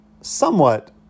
somewhat